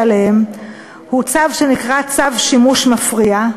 עליהם הוא צו שנקרא "צו שימוש מפריע",